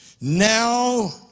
Now